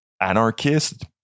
Anarchist